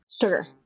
sugar